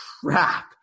crap